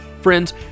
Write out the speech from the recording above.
Friends